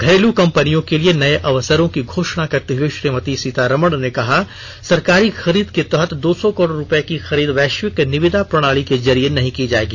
घरेलू कंपनियों के लिए नए अवसरों की घोषणा करते हुए श्रीमती सीतारमण ने कहा कि सरकारी खरीद के तहत दो सौ करोड रुपए की खरीद वैश्विक निविदा प्रणाली के जरिए नहीं की जाएगी